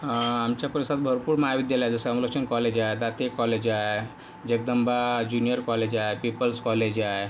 आमच्या परिससरात भरपूर महाविद्यालये आहेत जसं कॉलेज आहे दाते कॉलेज आहे जगदंबा ज्युनियर कॉलेज आहे पीपल्स कॉलेज आहे